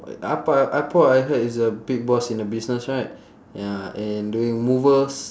ah poh ah poh I heard he's the big boss in a business right ya and doing movers